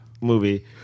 movie